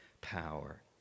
power